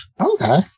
Okay